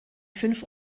fünf